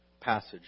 passage